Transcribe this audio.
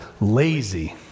lazy